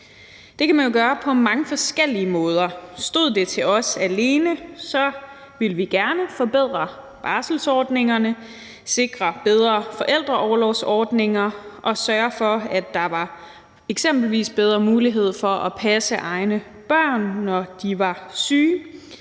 Det kan man jo gøre på mange forskellige måder. Stod det til os alene, ville vi gerne forbedre barselsordningerne, sikre bedre forældreorlovsordninger og sørge for, at der eksempelvis var bedre mulighed for at passe egne børn, når de var syge,